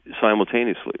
simultaneously